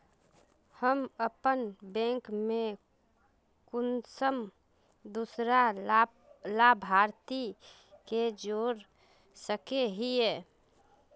हम अपन बैंक से कुंसम दूसरा लाभारती के जोड़ सके हिय?